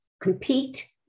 compete